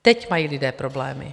Teď mají lidé problémy.